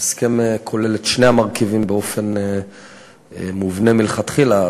ההסכם כולל את שני המרכיבים באופן מובנה מלכתחילה,